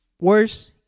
worse